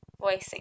voicing